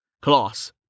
Class